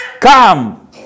come